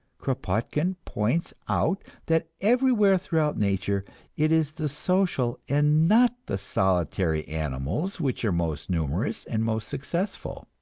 kropotkin points out that everywhere throughout nature it is the social and not the solitary animals which are most numerous and most successful.